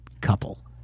couple